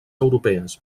europees